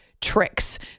tricks